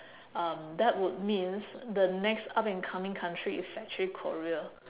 um that would means the next up and coming country is actually korea